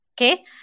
Okay